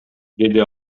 деди